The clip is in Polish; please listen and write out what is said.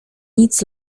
nic